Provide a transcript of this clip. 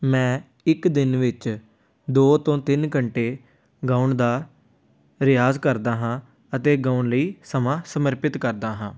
ਮੈਂ ਇੱਕ ਦਿਨ ਵਿੱਚ ਦੋ ਤੋਂ ਤਿੰਨ ਘੰਟੇ ਗਾਉਣ ਦਾ ਰਿਆਜ਼ ਕਰਦਾ ਹਾਂ ਅਤੇ ਗਾਉਣ ਲਈ ਸਮਾਂ ਸਮਰਪਿਤ ਕਰਦਾ ਹਾਂ